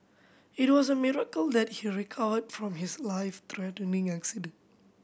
it was a miracle that he recovered from his life threatening accident